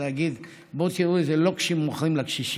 כדי להגיד: בואו תראו איזה לוקשים מוכרים לקשישים,